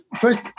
first